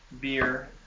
beer